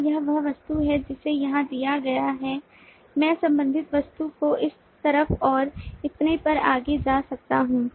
क्या यह वह वस्तु है जिसे यहां दिया गया है मैं संबंधित वस्तु को इस तरफ और इतने पर आगे जा सकता हूं